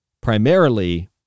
primarily